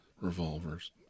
revolvers